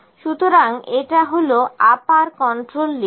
সুতরাং এটা হল আপার কন্ট্রোল লিমিট